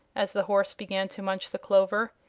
as the horse began to munch the clover.